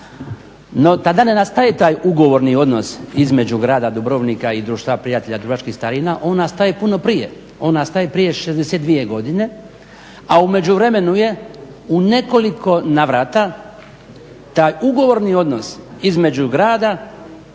No tada ne nastaje taj ugovorni odnos između grada Dubrovnika i Društva prijatelja dubrovačkih starina, on nastaje puno prije, on nastaje prije 62 godine. A u međuvremenu je u nekoliko navrata taj ugovorni odnos između grada